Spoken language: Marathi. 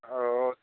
हो